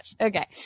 Okay